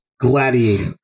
gladiator